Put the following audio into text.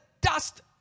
dust